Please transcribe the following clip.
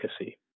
efficacy